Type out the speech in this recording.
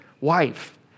wife